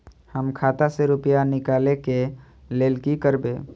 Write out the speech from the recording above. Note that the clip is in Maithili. हम खाता से रुपया निकले के लेल की करबे?